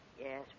Yes